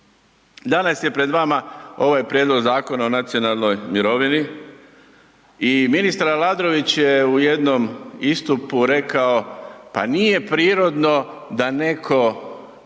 Danas je pred vama ovaj Prijedlog zakona o nacionalnoj mirovini i ministar Aladrović je u jednom istupu rekao, pa nije prirodno da neko